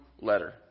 letter